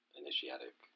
initiatic